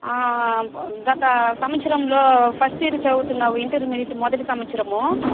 గత సంవత్సరంలో first year చదువుతున్నావు ఇంటర్మీడియట్ మొదటి సంవత్సరము